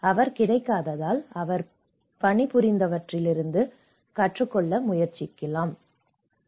அவர் கிடைக்காததால் அவர் பணிபுரிந்தவற்றிலிருந்து கற்றுக்கொள்ள முயற்சிக்கிறேன்